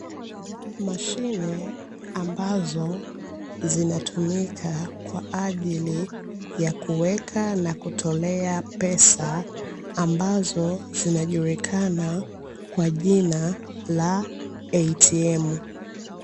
Mashine ambazo zinatumika kwa ajili ya kuweka na kutolea pesa ambazo zinajulikana kwa jina la "ATM".